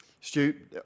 Stu